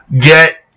get